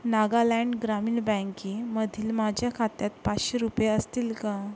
नागालँड ग्रामीण बँकेमधील माझ्या खात्यात पाचशे रुपये असतील का